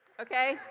Okay